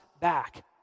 back